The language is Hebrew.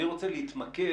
אני רוצה להתמקד